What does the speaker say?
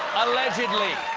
allegedly.